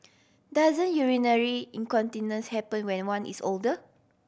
doesn't urinary incontinence happen when one is older